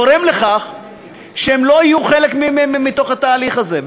גורמים לכך שהם לא יהיו חלק מהתהליך הזה.